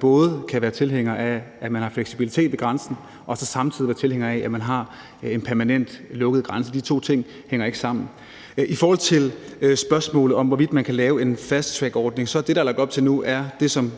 både kan være tilhænger af, at man har fleksibilitet ved grænsen, og så samtidig være tilhænger af, at man har en permanent lukket grænse. De to ting hænger ikke sammen. I forhold til spørgsmålet om, hvorvidt man kan lave en fasttrackordning, vil jeg sige, at det, der er lagt op til nu, er det, som